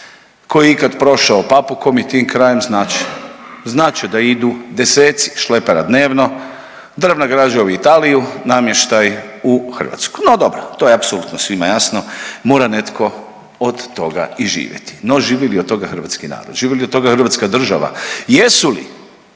Tko je ikad prošao Papukom i tim krajem znat će, znat će da idu deseci šlepera dnevno, drvna građa u Italiju, namještaj u Hrvatsku, no dobro to je apsolutno svima jasno, mora netko od toga i živjeti, no živi li od toga hrvatski narod, živi li od toga hrvatska država, jesu li